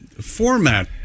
format